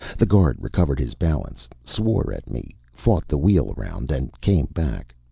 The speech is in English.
the guard recovered his balance, swore at me, fought the wheel around and came back.